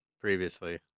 previously